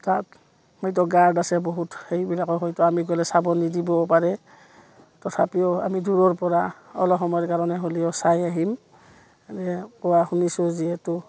তাত হয়তো গাৰ্ড আছে বহুত সেইবিলাকৰ হয়তো আমি গ'লে চাব নিদিবও পাৰে তথাপিও আমি দূৰৰপৰা অলপ সময়ৰ কাৰণে হ'লেও চাই আহিম এনে কোৱা শুনিছোঁ যিহেতু